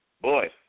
Boy